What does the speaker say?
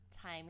time